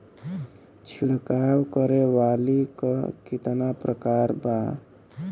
छिड़काव करे वाली क कितना प्रकार बा?